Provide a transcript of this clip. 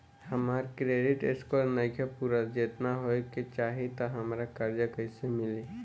हमार credit score नईखे पूरत जेतना होए के चाही त हमरा कर्जा कैसे मिली?